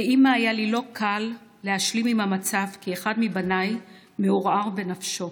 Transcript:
כאימא היה לי לא קל להשלים עם המצב שאחד מבניי מעורער בנפשו.